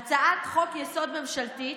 על שולחן הכנסת הצעת חוק-יסוד ממשלתית